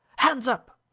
hands up!